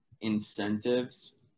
incentives